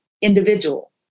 individual